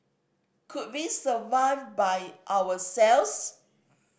could we survive by ourselves